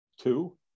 two